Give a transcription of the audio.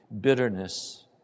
bitterness